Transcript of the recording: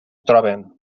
troben